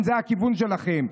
אם זה הכיוון שלכם,